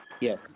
Yes